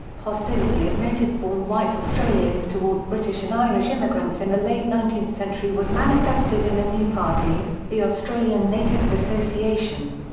hostility of native-born white australians toward british and irish immigrants in the late nineteenth century was manifested in a new party, the australian natives' association.